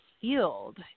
field